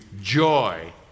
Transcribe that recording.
joy